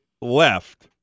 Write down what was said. left